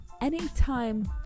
anytime